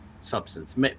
substance